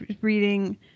reading